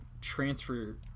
transfer